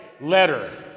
letter